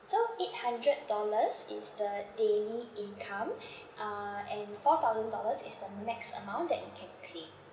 so eight hundred dollars is the daily income uh and four thousand dollars is the max amount that you can claim